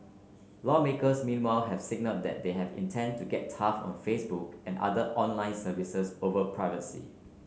lawmakers meanwhile have signalled that they intend to get tough on Facebook and other online services over privacy